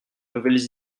nouvelles